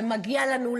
זה מגיע לנו.